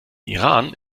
iran